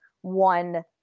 one